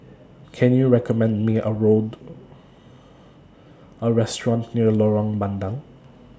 Can YOU recommend Me A Restaurant near Lorong Bandang